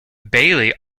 bailey